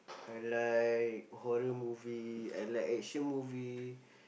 I like horror movie I like action movie